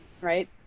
right